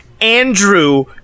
andrew